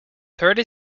thirty